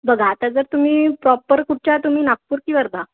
बघा आता जर तुम्ही प्रॉपर कुठच्या तुम्ही नागपूर की वर्धा